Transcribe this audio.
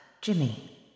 Jimmy